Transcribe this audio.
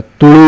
Two